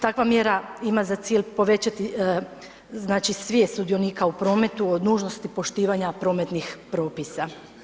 Takva mjera ima za cilj povećati znači svijest sudionika u prometu, od nužnosti poštivanja prometnih propisa.